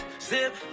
zip